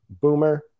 Boomer